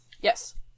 Yes